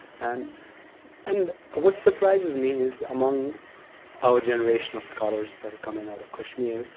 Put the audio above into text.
and and what surprises me is, among our generation of scholars sort of coming out of kashmir,